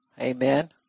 amen